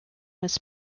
was